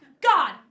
God